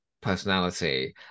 personality